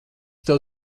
tev